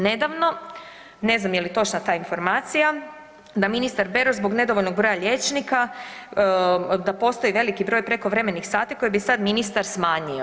Nedavno, ne znam je li točna ta informacija, da ministar Beroš zbog nedovoljnog broja liječnika da postoji veliki broj prekovremenih sati koje bi sad ministar smanjio.